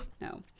no